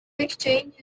exchange